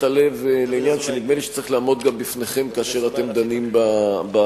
הלב לעניין שנדמה לי שצריך לעמוד גם בפניכם כאשר אתם דנים בהצעה.